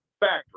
Factory